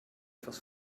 etwas